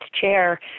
chair